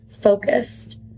focused